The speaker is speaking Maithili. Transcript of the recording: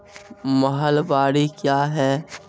महलबाडी क्या हैं?